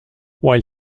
while